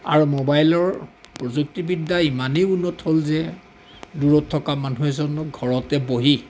আৰু মোবাইলৰ প্ৰযুক্তিবিদ্যা ইমানেই উন্নত হ'ল যে দূৰত থকা মানুহ এজন ঘৰতে বহি